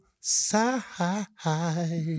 side